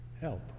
help